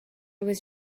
was